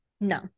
No